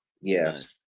Yes